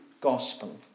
gospel